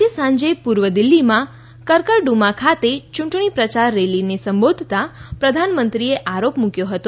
આજે સાંજે પૂર્વ દિલ્ફીમાં કરકરડ્મા ખાતે ચૂંટણી પ્રચાર રેલીને સંબોધતાં પ્રધાનમંત્રીએ આરોપ મૂક્યો હતો